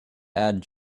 add